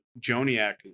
Joniak